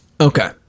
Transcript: okay